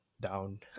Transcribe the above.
down